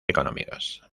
económicos